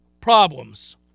problems